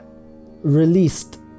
released